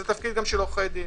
זה תפקיד גם של עורכי דין.